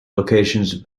locations